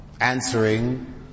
Answering